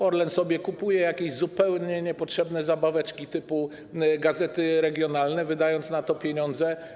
Orlen sobie kupuje jakieś zupełnie niepotrzebne zabaweczki, typu gazety regionalne, wydając na to pieniądze.